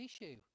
issue